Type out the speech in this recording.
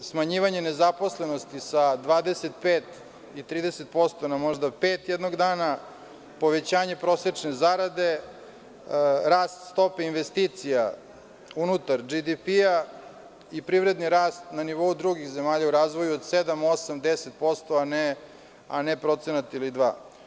smanjivanje nezaposlenosti sa 25%i 30% na možda 5% jednog dana, povećanje prosečne zarade, rast stope investicija unutar BDP i privredni rast na nivou drugih zemalja u razvoju od 7, 8, 10%, a ne procenat ili dva.